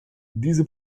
diese